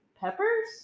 peppers